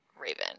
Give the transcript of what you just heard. Raven